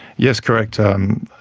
yes, correct. um